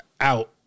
out